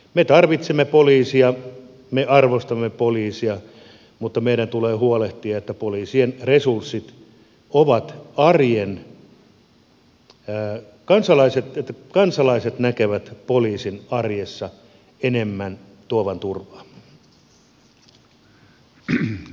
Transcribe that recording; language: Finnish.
me tarvitsemme poliisia me arvostamme poliisia mutta meidän tulee huolehtia että poliisien resurssit ovat sellaiset että kansalaiset näkevät poliisin arjessa enemmän tuovan turvaa